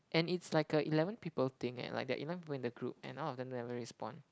and it's like a eleven people thing eh like they are even put in a group and all of them never respond